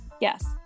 yes